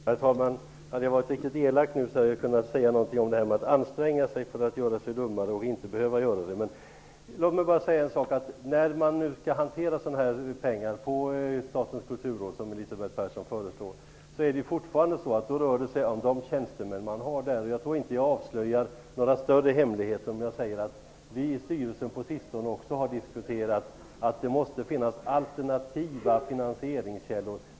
Herr talman! Hade jag varit riktigt elak nu, hade jag kunnat säga någonting om detta med att anstränga sig för att göra sig dummare eller inte behöva göra det. När man nu som Elisabeth Persson föreslår skall hantera dessa pengar via Statens kulturråd rör det sig fortfarande om de tjänstemän som finns där. Jag tror inte att jag avslöjar några större hemligheter om jag berättar att vi i styrelsen på sistone har diskuterat alternativa finansieringskällor.